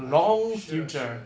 okay sure sure sure